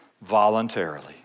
voluntarily